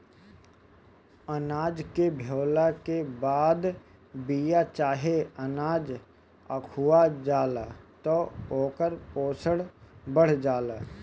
अनाज के भेवला के बाद बिया चाहे अनाज अखुआ जाला त ओकर पोषण बढ़ जाला